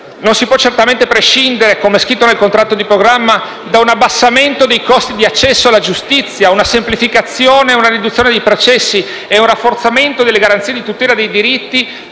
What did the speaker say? Non si può certamente prescindere, come scritto nel contratto di programma, da un abbassamento dei costi di accesso alla giustizia, da una semplificazione e una riduzione dei processi e un rafforzamento delle garanzie di tutela dei diritti